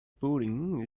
pudding